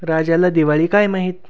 राजाला दिवाळी काय माहीत